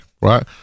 right